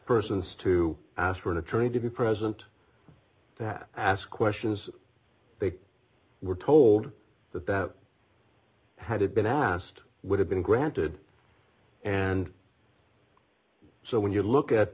persons to ask for an attorney to be present to have ask questions they were told that that had been asked would have been granted and so when you look at